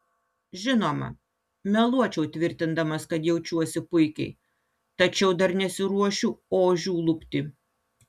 žinoma meluočiau tvirtindamas kad jaučiuosi puikiai tačiau dar nesiruošiu ožių lupti